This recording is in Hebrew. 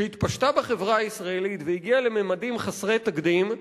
שהתפשטה בחברה הישראלית והגיעה לממדים חסרי תקדים,